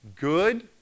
good